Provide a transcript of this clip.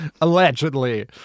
Allegedly